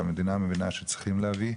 המדינה מבינה שצריכים להביא,